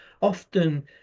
often